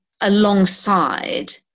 alongside